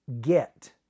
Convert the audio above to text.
get